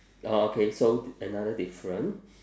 orh okay so another different